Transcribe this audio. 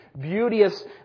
beauteous